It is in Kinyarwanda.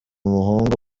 muhungu